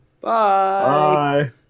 bye